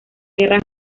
guerra